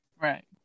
Right